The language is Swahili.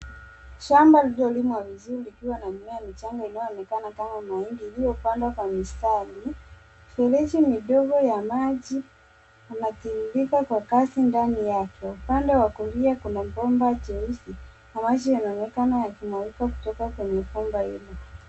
Shamba lililolimwa vizuri likiwa na mimea michanga inayoonekana kama mahindi iliyopandwa kwa mistari. Mifereji midogo ya maji yanatiririka kwa kasi ndani yake. Upande wa kulia kuna bomba jeusi na maji yanaonekana yakimwagika kutoka kwenye bomba hilo.